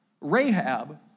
Rahab